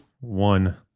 one